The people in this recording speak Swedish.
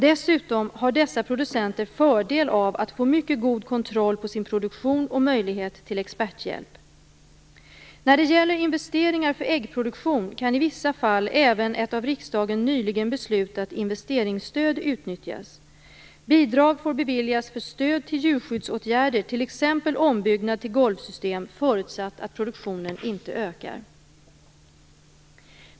Dessutom har dessa producenter fördel av att få mycket god kontroll på sin produktion och möjlighet till experthjälp. När det gäller investeringar för äggproduktion kan i vissa fall även ett av riksdagen nyligen beslutat investeringsstöd utnyttjas. Bidrag får beviljas för stöd till djurskyddsåtgärder, t.ex. ombyggnad till golvsystem, förutsatt att produktionen inte ökar.